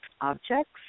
objects